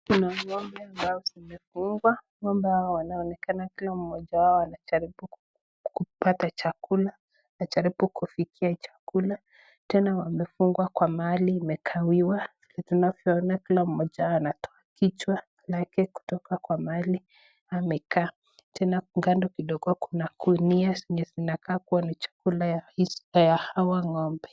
Kuna ng'ombe ambao zimefungwa, ng'ombe hao wanaoonekana kila mmoja wao anajaribu kupata chakula, anajaribu kufikia chakula, tena wamefungwa kwa mahali imegawiwa tunavyoona kila mmoja wao anatoa kichwa yake kutoka kwa mahali amekaa, tena kando kidogo kuna gunia zenye zinakaa kuwa ni chakula ya hawa ng'ombe.